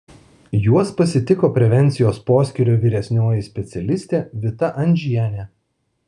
juos pasitiko prevencijos poskyrio vyresnioji specialistė vita andžienė